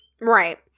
right